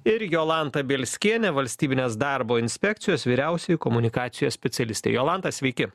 ir jolanta bielskienė valstybinės darbo inspekcijos vyriausioji komunikacijos specialistė jolanta sveiki